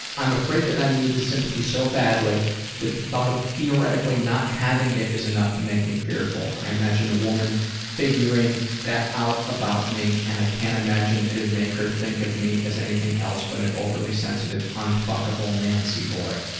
i'm afraid that i need the sympathy so badly that the thought of theoretically not having it is enough to make me fearful. i imagine a woman figuring that out about me, and i can't imagine it'd make her think of me as anything else but an overly sensitive unfuckable nancy boy.